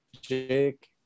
Jake